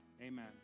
Amen